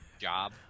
job